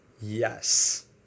Yes